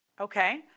Okay